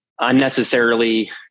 unnecessarily